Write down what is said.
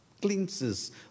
Glimpses